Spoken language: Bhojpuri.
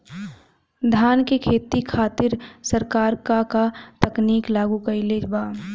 धान क खेती खातिर सरकार का का तकनीक लागू कईले बा?